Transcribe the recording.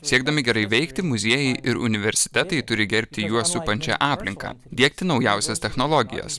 siekdami gerai veikti muziejai ir universitetai turi gerbti juos supančią aplinką diegti naujausias technologijas